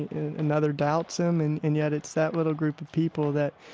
and another doubts him. and and yet, it's that little group of people that,